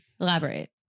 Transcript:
Elaborate